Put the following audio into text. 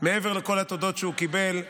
מעבר לכל התודות שהוא קיבל.